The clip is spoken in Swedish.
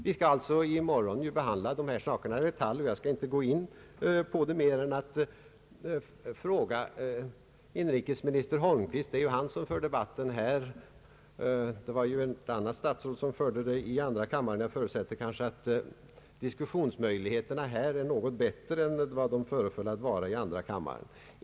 Vi skall alltså behandla dessa saker i detalj i morgon, och jag skall därför inte gå in på dem mera än att jag ställer en fråga till inrikesminister Holmqvist. Det är ju herr Holmqvist som för debatten här. Det var statsministern som förde den i andra kammaren, och jag förutsätter att diskussionsmöjligheterna här är något bättre än de föreföll vara i andra kammaren.